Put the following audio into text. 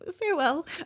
farewell